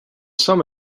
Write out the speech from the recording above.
some